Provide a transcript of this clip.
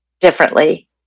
differently